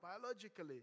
biologically